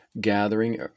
gathering